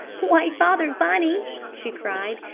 why father-funny, she cried.